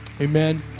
Amen